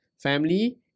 family